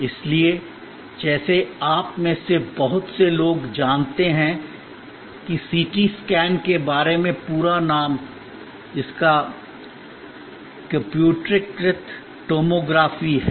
इसलिए जैसे कि आप में से बहुत से लोग जानते हैं कि सीटी स्कैन के बारे में पूरा नाम कंप्यूटरीकृत टोमोग्राफी है